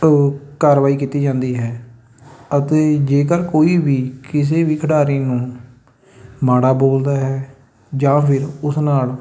ਕਾਰਵਾਈ ਕੀਤੀ ਜਾਂਦੀ ਹੈ ਅਤੇ ਜੇਕਰ ਕੋਈ ਵੀ ਕਿਸੇ ਵੀ ਖਿਡਾਰੀ ਨੂੰ ਮਾੜਾ ਬੋਲਦਾ ਹੈ ਜਾਂ ਫਿਰ ਉਸ ਨਾਲ